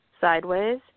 sideways